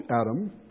Adam